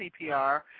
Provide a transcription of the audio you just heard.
CPR